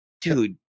dude